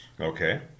Okay